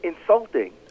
insulting